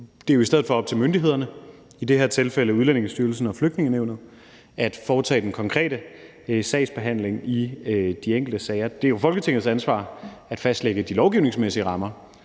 Det er jo i stedet for op til myndighederne, i det her tilfælde Udlændingestyrelsen og Flygtningenævnet, at foretage den konkrete sagsbehandling i de enkelte sager. Det er Folketingets ansvar at fastlægge de lovgivningsmæssige rammer,